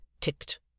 ticked